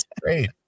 great